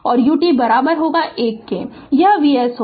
और इसका मतलब है इस समीकरण से इस सर्किट को हल करने का प्रयास करना होगा